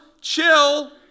chill